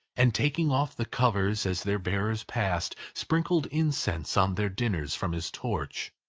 and taking off the covers as their bearers passed, sprinkled incense on their dinners from his torch.